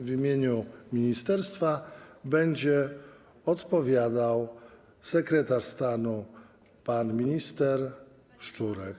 W imieniu ministerstwa będzie odpowiadał sekretarz stanu pan minister Szczurek.